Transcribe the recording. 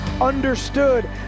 understood